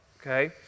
okay